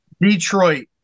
Detroit